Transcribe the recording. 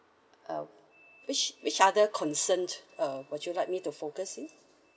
uh which which other concern uh would you like me to focus in